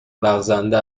لغزنده